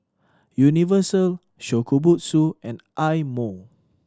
Universal Shokubutsu and Eye Mo